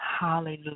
Hallelujah